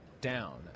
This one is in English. down